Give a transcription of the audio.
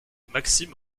maxime